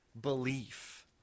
belief